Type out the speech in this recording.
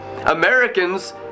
Americans